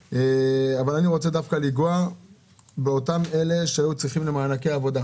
אבל אני רוצה דווקא לנגוע באותם אלה שהיו צריכים מענקי עבודה.